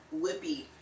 whippy